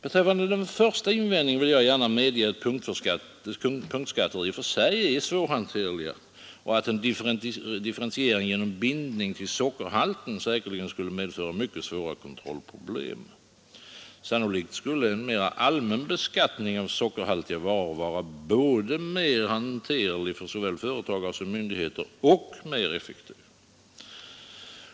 Beträffande den första invändningen vill jag gärna medge, att punktskatter i och för sig är svårhanterliga och att en differentiering genom bindning till sockerhalten säkerligen skulle medföra svåra kontrollproblem. Sannolikt skulle en mer allmän beskattning av sockerhaltiga varor vara både mer hanterlig för såväl företagen som myndigheterna och mer effektiv.